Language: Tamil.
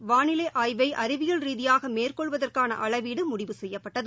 ஆண்டு வாளிலைஆய்வைஅறிவியல் ரீதியாகமேற்கொள்வதற்கானஅளவீடுமுடிவு செய்யப்பட்டது